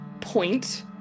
point